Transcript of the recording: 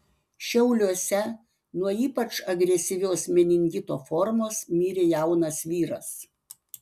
šiauliuose nuo ypač agresyvios meningito formos mirė jaunas vyras